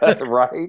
Right